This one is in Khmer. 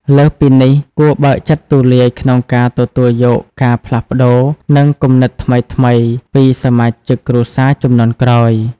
លើសពីនេះ គួរបើកចិត្តទូលាយក្នុងការ ទទួលយកការផ្លាស់ប្ដូរ និងគំនិតថ្មីៗ ពីសមាជិកគ្រួសារជំនាន់ក្រោយ។